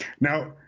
Now